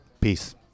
peace